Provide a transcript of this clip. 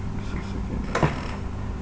just one second ah